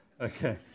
Okay